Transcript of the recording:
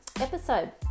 episode